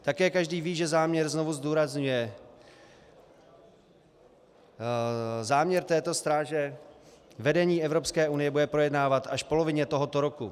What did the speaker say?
Také každý ví, že záměr znovu zdůrazňuje... záměr této stráže vedení Evropské unie bude projednávat až v polovině tohoto roku.